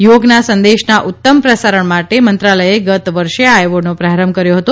યોગના સંદેશના ઉત્તમ પ્રસારણ માટે મંત્રાલયે ગત વર્ષે આ એવોર્ડનો પ્રારંભ કર્યો હતો